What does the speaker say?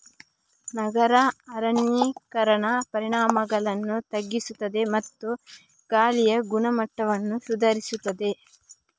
ನಗರ ಅರಣ್ಯೀಕರಣ ಪರಿಣಾಮಗಳನ್ನು ತಗ್ಗಿಸುತ್ತದೆ ಮತ್ತು ಗಾಳಿಯ ಗುಣಮಟ್ಟವನ್ನು ಸುಧಾರಿಸುತ್ತದೆ